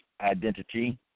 identity